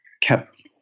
kept